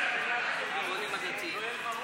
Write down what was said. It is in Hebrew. נמצאים פה חברי ועדת הכספים, ואתה,